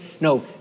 No